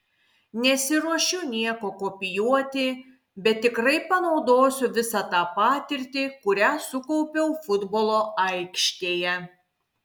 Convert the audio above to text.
nesiruošiu nieko kopijuoti bet tikrai panaudosiu visą tą patirtį kurią sukaupiau futbolo aikštėje